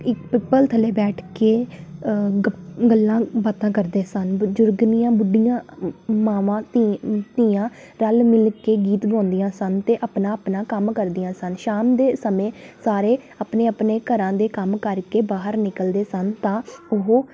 ਇਕ ਪਿੱਪਲ ਥੱਲੇ ਬੈਠ ਕੇ ਗਪ ਗੱਲਾਂ ਬਾਤਾਂ ਕਰਦੇ ਸਨ ਬਜ਼ੁਰਗਨੀਆਂ ਬੁੱਢੀਆਂ ਮਾਵਾਂ ਧੀ ਧੀਆਂ ਰਲ ਮਿਲ ਕੇ ਗੀਤ ਗਾਉਂਦੀਆਂ ਸਨ ਅਤੇ ਆਪਣਾ ਆਪਣਾ ਕੰਮ ਕਰਦੀਆਂ ਸਨ ਸ਼ਾਮ ਦੇ ਸਮੇਂ ਸਾਰੇ ਆਪਣੇ ਆਪਣੇ ਘਰਾਂ ਦੇ ਕੰਮ ਕਰਕੇ ਬਾਹਰ ਨਿਕਲਦੇ ਸਨ ਤਾਂ ਉਹ